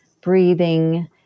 breathing